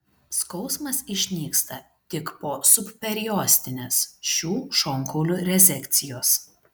skausmas išnyksta tik po subperiostinės šių šonkaulių rezekcijos